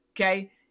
okay